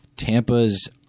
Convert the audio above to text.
Tampa's